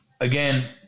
again